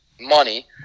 money